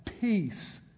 peace